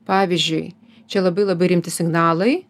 pavyzdžiui čia labai labai rimti signalai